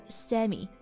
semi